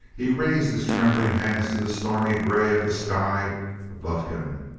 he raised his trembling hands to the stormy grey of the sky above him.